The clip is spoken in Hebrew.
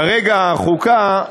כרגע חוקה,